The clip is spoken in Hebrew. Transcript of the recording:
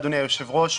אדוני היושב-ראש,